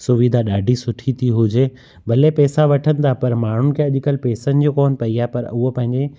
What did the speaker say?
सुविधा ॾाढी सुठी थी हुजे भले पैसा वठनि था पर माण्हुनि खे अॼुकल्ह पैसनि जो कोन पई आहे पर उहो पंहिंजे